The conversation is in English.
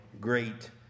great